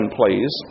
please